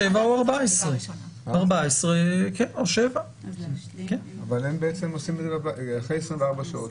שבעה או 14. אבל למה הם עושים את זה אחרי 24 שעות?